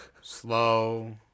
Slow